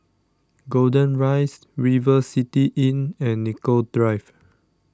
Golden Rise River City Inn and Nicoll Drive